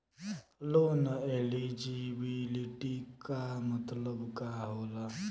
Loan eligibility का मतलब का होला?